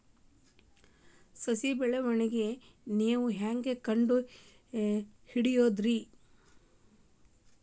ಸಸಿ ಬೆಳವಣಿಗೆ ನೇವು ಹ್ಯಾಂಗ ಕಂಡುಹಿಡಿಯೋದರಿ?